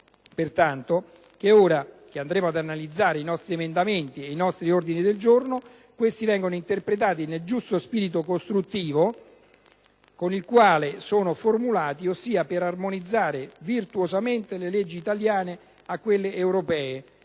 pertanto che, ora che andremo ad analizzare i nostri emendamenti e i nostri ordini del giorno, questi vengano interpretati nel giusto spirito costruttivo con il quale sono formulati, ossia per armonizzare virtuosamente le leggi italiane con quelle europee,